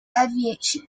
aviation